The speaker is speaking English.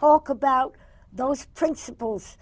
talk about those principles